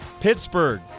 Pittsburgh